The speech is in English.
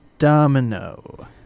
Domino